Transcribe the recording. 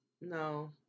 no